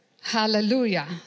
Hallelujah